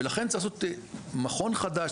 ולכן צריך לעשות מכון חדש,